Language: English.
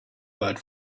word